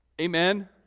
Amen